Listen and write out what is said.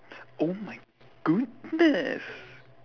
oh my goodness